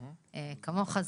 כמוך,